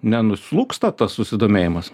nenuslūgsta tas susidomėjimas